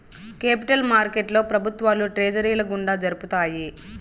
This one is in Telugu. కేపిటల్ మార్కెట్లో ప్రభుత్వాలు ట్రెజరీల గుండా జరుపుతాయి